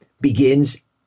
begins